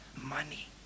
money